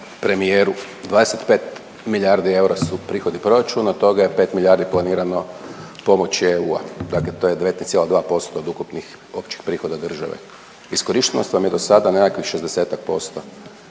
25 milijardi eura su prihodi proračuna, od toga je 5 milijardi planirano pomoć EU-a. Dakle, to je 19,2% od ukupnih općih prihoda države. Iskorištenost vam je do sada nekakvih